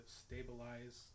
stabilize